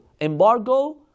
embargo